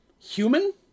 human